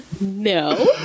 No